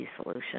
solution